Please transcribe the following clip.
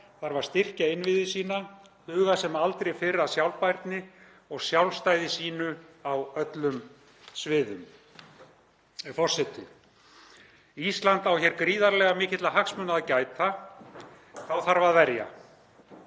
þarf að styrkja innviði sína og huga sem aldrei fyrr að sjálfbærni og sjálfstæði sínu á öllum sviðum. Forseti. Ísland á hér gríðarlega mikilla hagsmuna að gæta. Þá þarf að verja.